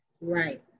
Right